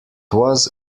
was